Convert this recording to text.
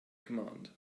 command